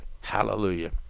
Hallelujah